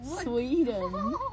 Sweden